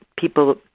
people